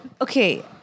Okay